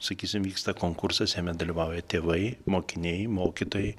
sakysim vyksta konkursas jame dalyvauja tėvai mokiniai mokytojai